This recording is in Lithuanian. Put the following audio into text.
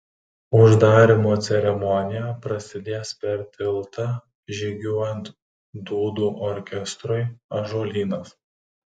uždarymo ceremonija prasidės per tiltą žygiuojant dūdų orkestrui ąžuolynas